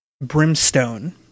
Brimstone